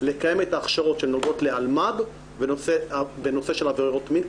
לקיים את ההכשרות שנוגעות לאלימות במשפחה בנושא של עבירות מין,